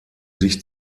sich